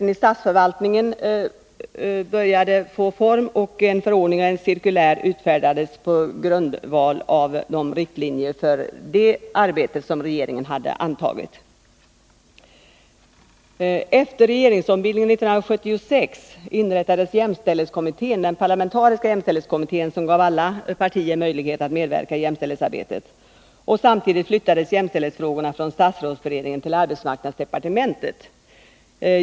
En förordning och ett cirkulär om jämställdhet i statsförvaltningen utfärdades på grundval av regeringens riktlinjer för jämställdhet på detta område. Efter regeringsombildningen 1976 inrättades den parlamentariska jämställdhetskommittén som gav alla partier möjlighet att delta i jämställdhetsarbetet. Samtidigt flyttades jämställdhetsfrågorna från statsrådsberedningen till arbetsmarknadsdepartementet.